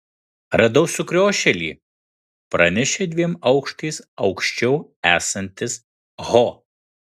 radau sukriošėlį pranešė dviem aukštais aukščiau esantis ho